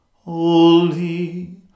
Holy